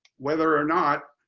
whether or not